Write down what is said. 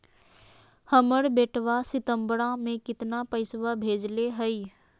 हमर बेटवा सितंबरा में कितना पैसवा भेजले हई?